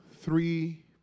three